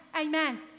Amen